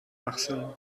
achseln